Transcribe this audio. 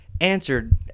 answered